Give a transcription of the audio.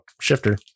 shifter